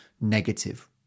negative